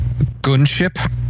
Gunship